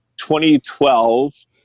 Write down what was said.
2012